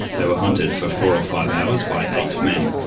they were hunted for four or five hours by eight men.